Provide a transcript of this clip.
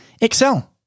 excel